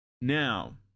Now